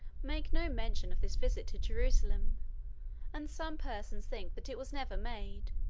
make no mention of this visit to jerusalem and some persons think that it was never made,